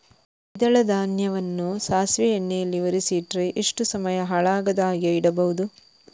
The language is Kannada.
ದ್ವಿದಳ ಧಾನ್ಯವನ್ನ ಸಾಸಿವೆ ಎಣ್ಣೆಯಲ್ಲಿ ಒರಸಿ ಇಟ್ರೆ ಎಷ್ಟು ಸಮಯ ಹಾಳಾಗದ ಹಾಗೆ ಇಡಬಹುದು?